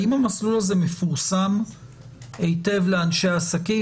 האם המסלול הזה מפורסם היטב לאנשי העסקים?